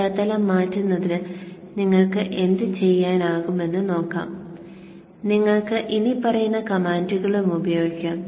പശ്ചാത്തലം മാറ്റുന്നതിന് നിങ്ങൾക്ക് എന്തുചെയ്യാനാകുമെന്ന് നോക്കാം നിങ്ങൾക്ക് ഇനിപ്പറയുന്ന കമാൻഡുകളും ഉപയോഗിക്കാം